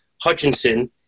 Hutchinson